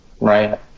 Right